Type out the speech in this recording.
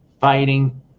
fighting